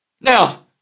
Now